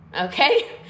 Okay